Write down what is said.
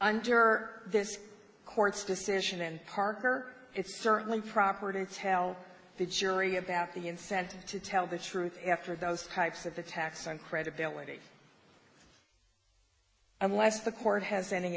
under this court's decision and parker it's certainly proper to tell the jury about the incentive to tell the truth after those types of attacks on credibility unless the court has